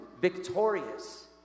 victorious